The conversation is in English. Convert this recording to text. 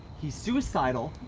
he's suicidal.